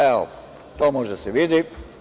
Evo, to može da se vidi.